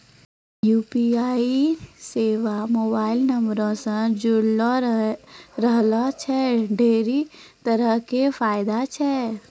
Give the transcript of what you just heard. UPI सेबा mobile नंबरो से जुड़लो रहला से ढेरी तरहो के फायदा छै